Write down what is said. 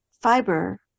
fiber